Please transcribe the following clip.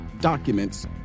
documents